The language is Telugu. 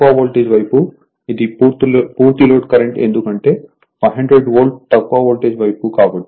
తక్కువ వోల్టేజ్ వైపు ఇది పూర్తి లోడ్ కరెంట్ ఎందుకంటే 500 వోల్ట్ తక్కువ వోల్టేజ్ వైపు కాబట్టి